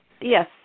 yes